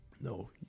no